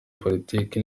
politiki